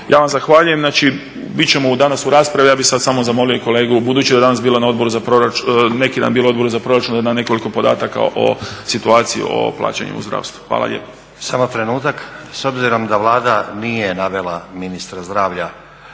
Ja vam zahvaljujem. Znači, bit ćemo danas u raspravi. Ja bih sad samo zamolio kolegu, budući da je danas bila na Odboru na proračun, neki dan bila na Odboru za proračun nekoliko podataka o situaciji, o plaćanju u zdravstvu. Hvala lijepa. **Stazić, Nenad (SDP)** Samo trenutak. S obzirom da Vlada nije navela ministra zdravlja